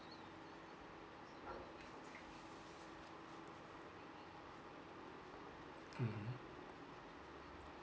mmhmm